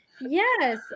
Yes